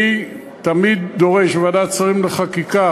אני תמיד דורש בוועדת שרים לחקיקה